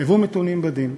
הוו מתונים בדין,